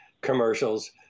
commercials